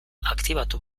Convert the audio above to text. aktibatu